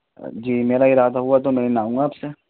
جی میرا ارادہ ہوا تو میں لینے آؤں گا آپ سے